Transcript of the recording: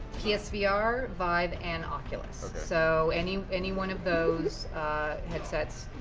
psvr, vive, and oculus. so any any one of those headsets,